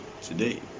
today